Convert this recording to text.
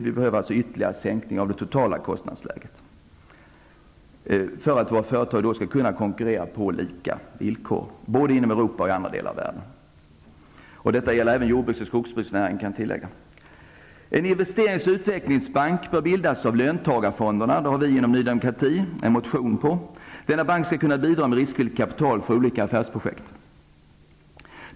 Vi behöver alltså ytterligare sänkning av det totala kostnadsläget för att våra företag skall kunna konkurrera på lika villkor, både inom Europa och i andra delar av världen. Detta gäller även jordbruks och skogsnäringarna, kan jag tillägga. En investerings och utvecklingsbank bör bildas av löntagarfonderna. Det har vi inom Ny Demokrati skrivit en motion om. Denna bank skall kunna bidra med riskvilligt kapital för olika affärsprojekt.